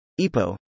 EPO